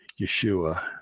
Yeshua